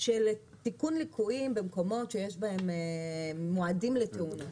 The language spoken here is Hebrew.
של תיקון ליקויים במקומות שמועדים לתאונות,